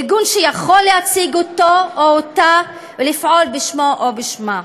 ארגון שיכול לייצג אותו או אותה ולפעול בשמו או בשמה.